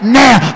now